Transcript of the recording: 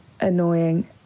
annoying